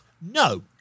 No